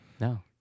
No